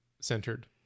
centered